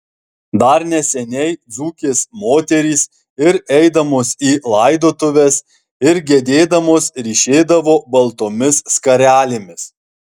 dar neseniai dzūkės moterys ir eidamos į laidotuves ir gedėdamos ryšėdavo baltomis skarelėmis